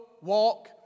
walk